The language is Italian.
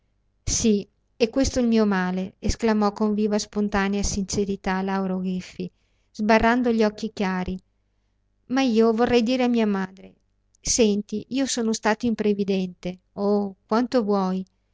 sì e questo è il mio male esclamò con viva spontanea sincerità lao griffi sbarrando gli occhi chiari ma io vorrei dire a mia madre senti io sono stato imprevidente oh quanto vuoi